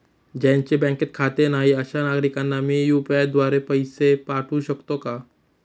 ज्यांचे बँकेत खाते नाही अशा नागरीकांना मी यू.पी.आय द्वारे पैसे पाठवू शकतो का?